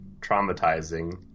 traumatizing